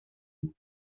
nous